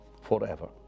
forever